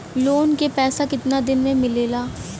Loan के पैसा कितना दिन मे मिलेला?